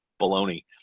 baloney